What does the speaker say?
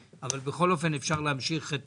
אבל בכל אופן אפשר להמשיך את